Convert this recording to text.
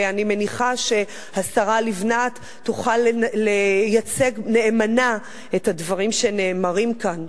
ואני מניחה שהשרה לבנת תוכל לייצג נאמנה את הדברים שנאמרים כאן.